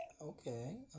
Okay